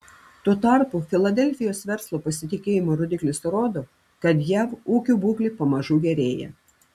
tuo tarpu filadelfijos verslo pasitikėjimo rodiklis rodo kad jav ūkio būklė pamažu gerėja